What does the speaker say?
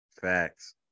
Facts